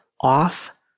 Off